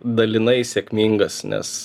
dalinai sėkmingas nes